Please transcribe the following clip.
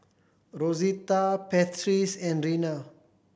Rosita Patrice and Rena